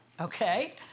Okay